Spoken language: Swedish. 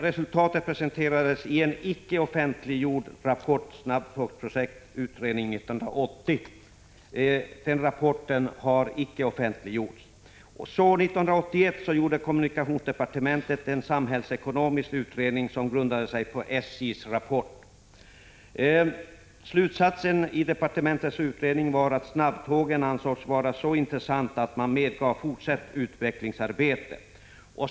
Resultatet presenterades i en icke offentliggjord rapport, Snabbtågsprojekt, utredning 1980. 1981 gjorde kommunikationsdepartementet en samhällsekonomisk utredning som grundade sig på SJ:s rapport. Slutsatsen i departementets utredning var att snabbtågen ansågs så intressanta att man tillät fortsatt utvecklingsarbete.